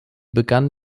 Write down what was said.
begann